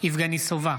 יבגני סובה,